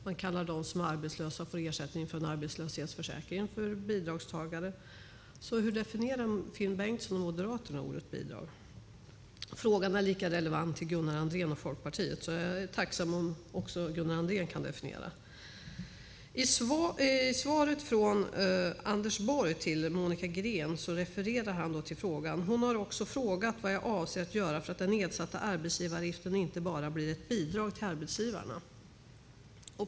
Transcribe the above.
Man kallar dem som är arbetslösa och får ersättning från arbetslöshetsförsäkringen för bidragstagare. Så hur definierar Finn Bengtsson och Moderaterna ordet bidrag? Frågan är lika relevant att ställa till Gunnar Andrén och Folkpartiet, så jag är tacksam om också Gunnar Andrén kan definiera detta. I svaret från Anders Borg till Monica Green refererade han till en fråga och skriver: Hon har också frågat vad jag avser att göra för att den nedsatta arbetsgivaravgiften inte bara blir ett bidrag till arbetsgivarna.